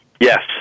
Yes